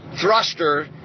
thruster